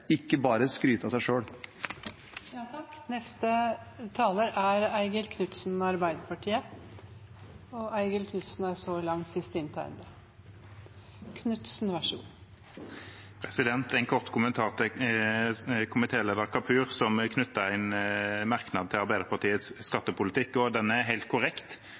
ikke bare skryte av seg selv. Eigil Knutsen har hatt ordet to ganger tidligere i debatten og får ordet til en kort merknad, begrenset til 1 minutt. En kort kommentar til komitéleder Kapur, som knyttet en merknad til Arbeiderpartiets skattepolitikk. Den er helt korrekt.